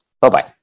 bye-bye